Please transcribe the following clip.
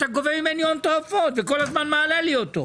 אתה גובה ממני הון תועפות וכל הזמן מעלה לי אותו.